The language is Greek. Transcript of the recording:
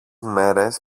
μέρες